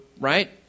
right